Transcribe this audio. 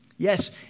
Yes